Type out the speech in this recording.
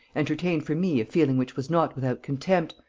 entertained for me a feeling which was not without contempt,